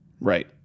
Right